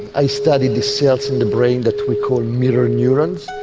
i study the cells in the brain that we called mirror neurons.